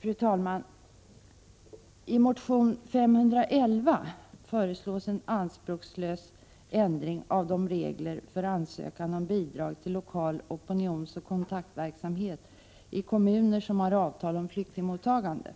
Fru talman! I motion Sf511 föreslås en anspråkslös ändring av de regler som gäller för ansökan om bidrag till lokal opinionsoch kontaktverksamhet i kommuner som har avtal om flyktingmottagande.